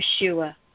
Yeshua